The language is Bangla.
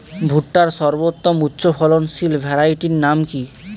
ভুট্টার সর্বোত্তম উচ্চফলনশীল ভ্যারাইটির নাম কি?